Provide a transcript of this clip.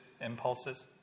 impulses